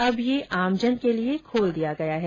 अब यह आमजन के लिए खोल दिया गया है